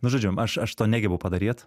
nu žodžiu aš aš to negebu padaryt